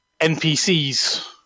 NPCs